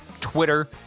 Twitter